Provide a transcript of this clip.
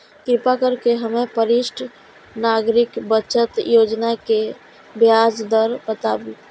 कृपा करके हमरा वरिष्ठ नागरिक बचत योजना के ब्याज दर बताबू